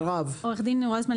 רויזמן,